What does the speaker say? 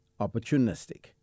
opportunistic